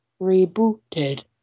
rebooted